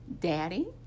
Daddy